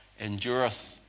endureth